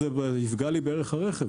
בנוסף זה יפגע לי בערך הרכב.